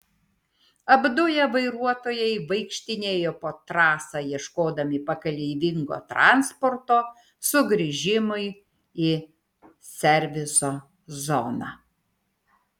apduję vairuotojai vaikštinėjo po trasą ieškodami pakeleivingo transporto sugrįžimui į serviso zoną